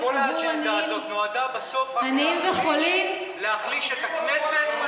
עכשיו כל האג'נדה הזאת נועדה בסוף רק להחליש את הכנסת מול הממשלה.